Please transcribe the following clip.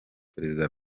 perezida